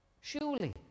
surely